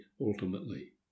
ultimately